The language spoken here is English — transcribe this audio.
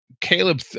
Caleb